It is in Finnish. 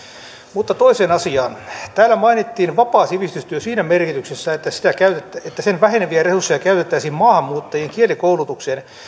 mutta toiseen asiaan täällä mainittiin vapaa sivistystyö siinä merkityksessä että sen väheneviä resursseja käytettäisiin maahanmuuttajien kielikoulutukseen